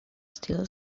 still